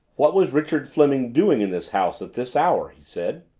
what was richard fleming doing in this house at this hour? he said.